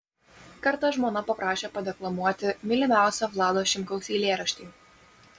kartą žmona paprašė padeklamuoti mylimiausią vlado šimkaus eilėraštį